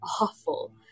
awful